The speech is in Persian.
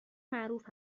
معروف